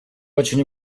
очень